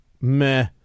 meh